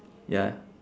ya